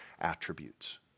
attributes